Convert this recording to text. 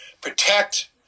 protect